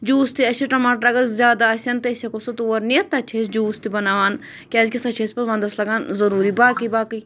juice تہِ اَسہِ چھِ ٹماٹر اگر زیادٕ آسَن تہٕ أسۍ ہٮ۪کو سُہ تور نِتھ تَتہِ چھِ أسۍ جوٗس تہِ بَناوان کیٛازِکہِ سۄ چھِ أسۍ پَتہٕ وَنٛدَس لَگان ضٔروٗری باقی باقٕے